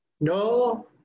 No